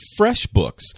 FreshBooks